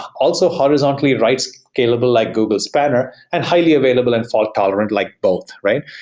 also horizontally write scalable like google spanner and highly available and fault tolerant like both, right?